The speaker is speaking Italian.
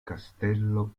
castello